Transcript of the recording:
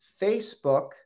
Facebook